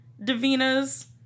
Davina's